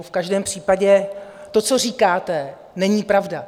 V každém případě to, co říkáte, není pravda.